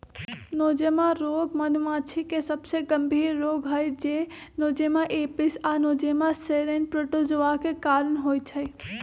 Nosema रोग मधुमाछी के सबसे गंभीर रोग हई जे नोज़ेमा एपिस आ नोज़ेमा सेरेने प्रोटोज़ोआ के कारण होइ छइ